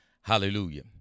hallelujah